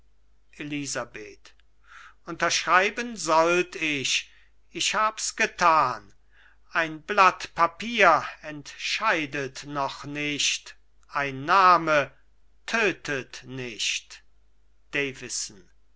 elisabeth unterschreiben sollt ich ich hab's getan ein blatt papier entscheidet noch nicht ein name tötet nicht